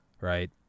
right